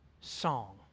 song